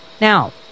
Now